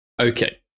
Okay